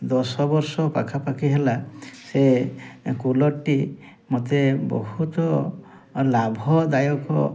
ଦଶ ବର୍ଷ ପାଖାପାଖି ହେଲା ସେ କୁଲର୍ଟି ମୋତେ ବହୁତ ଲାଭଦାୟକ